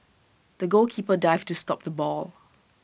the goalkeeper dived to stop the ball